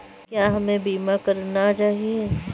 क्या हमें बीमा करना चाहिए?